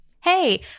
Hey